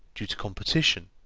due to competition,